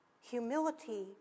Humility